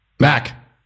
Mac